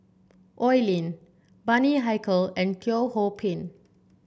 Oi Lin Bani Haykal and Teo Ho Pin